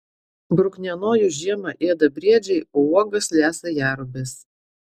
bruknienojus žiemą ėda briedžiai o uogas lesa jerubės